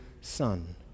son